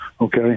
Okay